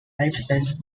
lifestyles